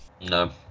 No